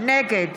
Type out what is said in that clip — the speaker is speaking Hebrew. נגד